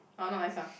orh not nice ah